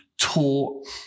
taught